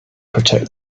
protect